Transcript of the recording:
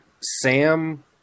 Sam